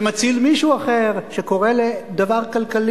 שמציל מישהו אחר,